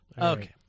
Okay